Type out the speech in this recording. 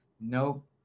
Nope